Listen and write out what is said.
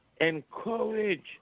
Encourage